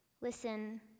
listen